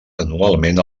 anualment